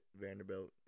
Vanderbilt